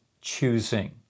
choosing